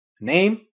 Name